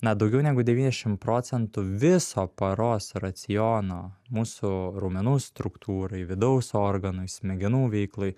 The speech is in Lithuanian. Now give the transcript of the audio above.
na daugiau negu devyniasdešim procentų viso paros raciono mūsų raumenų struktūrai vidaus organui smegenų veiklai